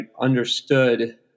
understood